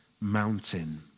mountain